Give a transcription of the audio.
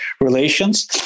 relations